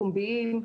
פומביים.